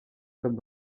comme